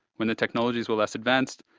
when the technologies were less advanced,